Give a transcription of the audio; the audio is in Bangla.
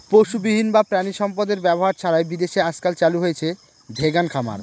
পশুবিহীন বা প্রানীসম্পদ এর ব্যবহার ছাড়াই বিদেশে আজকাল চালু হয়েছে ভেগান খামার